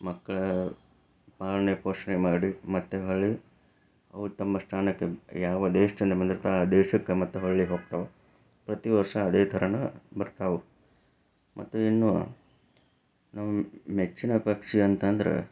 ಮಕ್ಕಳ ಪಾಲನೆ ಪೋಷಣೆ ಮಾಡಿ ಮತ್ತೆ ಹೊಳ್ಳಿ ಅವು ತಮ್ಮ ಸ್ಥಾನಕ್ಕೆ ಯಾವ ದೇಶದಿಂದ ಬಂದಿರ್ತಾವ ಆ ದೇಶಕ್ಕೆ ಮತ್ತೆ ಹೊಳ್ಳಿ ಹೋಗ್ತಾವು ಪ್ರತಿ ವರ್ಷ ಅದೇ ಥರನ ಬರ್ತಾವು ಮತ್ತೆ ಇನ್ನು ನಮ್ಮ ಮೆಚ್ಚಿನ ಪಕ್ಷಿ ಅಂತಂದ್ರೆ